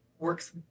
works